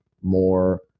more